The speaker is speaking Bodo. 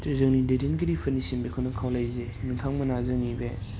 जोंनि दैदेनगिरिफोरनिसिम बेखौनो खावलायो जे नोंथांमोना जोंनि बे